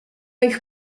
ich